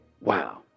Wow